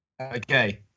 Okay